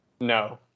No